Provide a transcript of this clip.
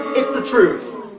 it's the truth.